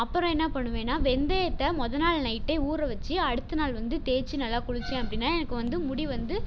அப்புறம் என்ன பண்ணுவேன்னா வெந்தயத்தை மொதல் நாள் நைட்டே ஊற வச்சு அடுத்த நாள் வந்து தேய்ச்சு நல்ல குளிச்சேன் அப்படின்னா எனக்கு வந்து முடி வந்து